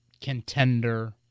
contender